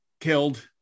killed